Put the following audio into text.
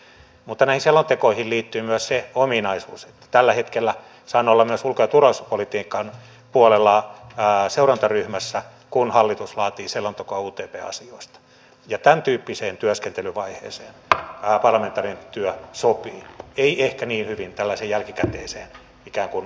mutta näihin selontekoihin liittyy myös se ominaisuus että tällä hetkellä saan olla myös ulko ja turvallisuuspolitiikan puolella seurantaryhmässä kun hallitus laatii selontekoa utp asioista ja tämäntyyppiseen työskentelyvaiheeseen parlamentaarinen työ sopii ei ehkä niin hyvin tällaiseen jälkikäteiseen ikään kuin silittämisen tehtävään